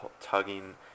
tugging